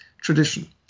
tradition